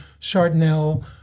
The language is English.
Chardonnay